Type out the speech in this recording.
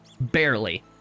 Barely